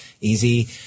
easy